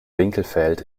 winkelfeld